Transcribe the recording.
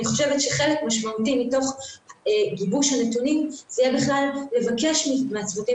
אני חושבת שחלק משמעותי מתוך גיבוש הנתונים הוא לבקש מהצוותים